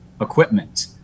equipment